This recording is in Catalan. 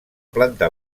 planta